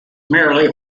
merely